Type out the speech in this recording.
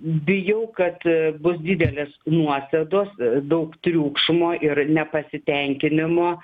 bijau kad bus didelės nuosėdos daug triukšmo ir nepasitenkinimo